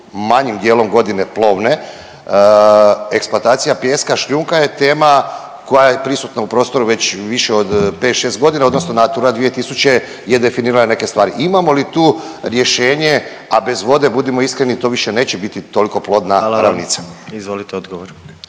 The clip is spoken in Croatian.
manjim dijelom godine plovne, eksploatacija pijeska i šljunka je tema koja je prisutna u prostoru već više od 5-6.g. odnosno Natura 2000 je definirala neke stvari. Imamo li tu rješenje, a bez vode budimo iskreni to više neće biti toliko plodna ravnica? **Jandroković,